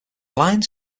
lines